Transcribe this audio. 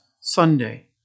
Sunday